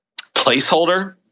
placeholder